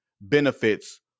benefits